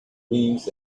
dreams